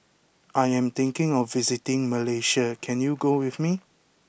I am thinking of visiting Malaysia can you go with me